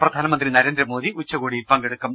പ്രധാനമന്ത്രി നരേന്ദ്രമോദി ഉച്ചകോടി യിൽ പങ്കെടുക്കും